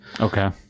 Okay